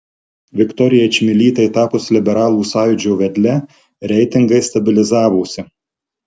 viktorijai čmilytei tapus liberalų sąjūdžio vedle reitingai stabilizavosi